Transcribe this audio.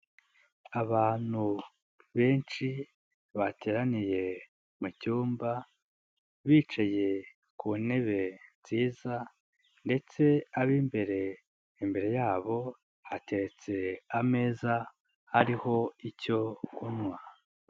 Abantu benshi bateraniye mu cyumba bicaye ku ntebe nziza ndetse ab'imbere imbere yabo hatetse ameza ariho icyo kunywa.